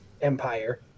empire